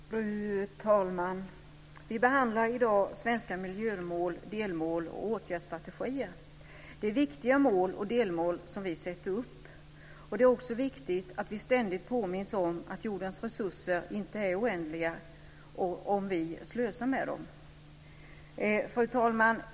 Fru talman! Vi behandlar i dag svenska miljömål, delmål och åtgärdsstrategier. Det är viktiga mål och delmål som vi sätter upp, och det är också viktigt att vi ständigt påminns om att jordens resurser inte är oändliga om vi slösar med dem. Fru talman!